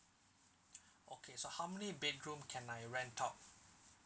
okay so how many bedroom can I rent out